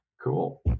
Cool